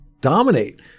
dominate